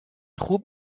خوب